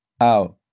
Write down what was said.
out